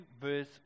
verse